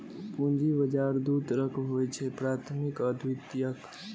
पूंजी बाजार दू तरहक होइ छैक, प्राथमिक आ द्वितीयक